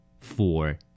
four